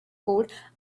code